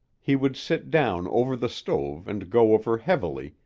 he would sit down over the stove and go over heavily,